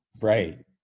Right